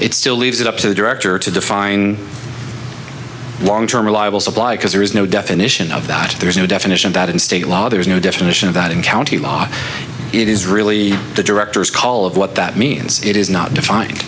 it still leaves it up to the director to define long term reliable supply because there is no definition of that there is no definition that in state law there is no definition of that in county law it is really the director's call of what that means it is not defined